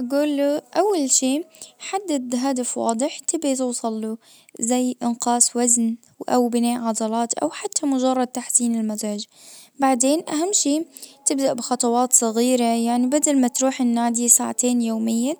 أجول له اول شيء حدد هدف واضح تبي توصل له زي انقاص وزن او بناء عضلات او حتى مجرد تحسين المزاج بعدين اهم شي تبدأ بخطوات صغيرة يعني بدل ما تروح النادي ساعتين يوميا